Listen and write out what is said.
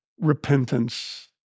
repentance